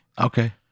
okay